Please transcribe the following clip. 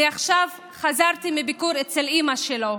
אני עכשיו חזרתי מביקור אצל אימא שלו,